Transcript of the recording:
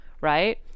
Right